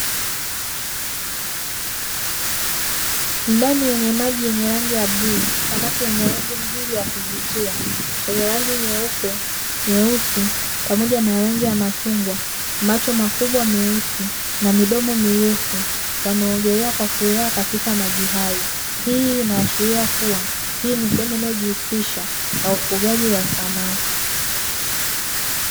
Tangi lenye maji yenye rangi ya bluu, samaki wenye rangi nzuri ya kuvutia, wenye rangi nyeupe, nyeusi pamoja na rangi ya machungwa, macho makubwa myeusi na midomo mirefu, wanaogelea kwa furaha katia maji hayo. Hii inaashiria kuwa hii ni sehemu inayojihusisha na ufugaji wa samaki.